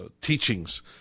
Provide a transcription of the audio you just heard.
teachings